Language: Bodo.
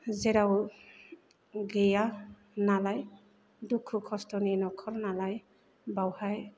जेराव गैया नालाय दुखु खस्थ'नि न'खर नालाय बावहाय